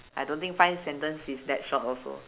I don't think five sentence is that short also